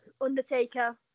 undertaker